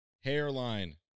Hairline